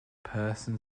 person